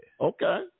Okay